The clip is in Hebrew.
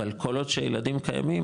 אבל כל עוד שהילדים קיימים,